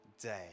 day